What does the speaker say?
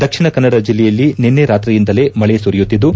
ದಕ್ಷಿಣ ಕನ್ನಡ ಜಿಲ್ಲೆಯಲ್ಲಿ ನಿನ್ನೆ ರಾತ್ರಿಯಿಂದಲೇ ಮಳೆ ಸುರಿಯುತ್ತಿದ್ದು